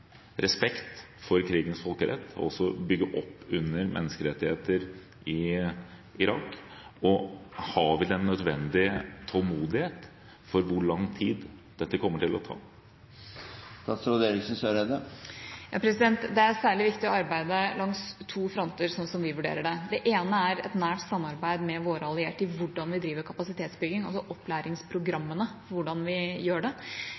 respekt for krigens folkerett, og også bygge opp under menneskerettigheter i Irak? Og har vi den nødvendige tålmodighet for hvor lang tid dette komme til å ta? Det er særlig viktig å arbeide langs to fronter, sånn som vi vurderer det. Det ene er et nært samarbeid med våre allierte om hvordan vi driver kapasitetsbygging – altså opplæringsprogrammene og hvordan vi gjør det.